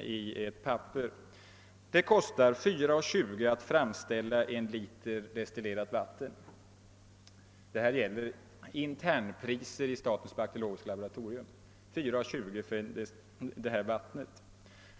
I brevet heter det: Det kostar 4:20 att framställa en liter destillerat vatten. Detta gäller internpriser i statens bakteriologiska laboratorium. Alltså 4:20 för detta vatten.